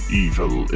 evil